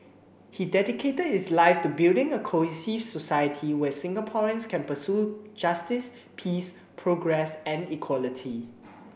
he dedicated his life to building a cohesive society where Singaporeans can pursue justice peace progress and equality